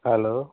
hello